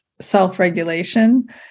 self-regulation